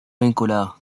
vinculado